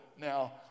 Now